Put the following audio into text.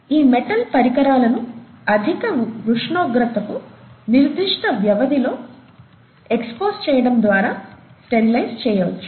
ఈ మెటల్ పరికరాలను అధిక ఉష్ణోగ్రతకు నిర్దిష్ట వ్యవధిలో ఎక్స్పోజ్ చేయటం ద్వారా స్టెరిలైజ్ చేయవచ్చు